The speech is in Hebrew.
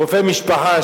רופא משפחה,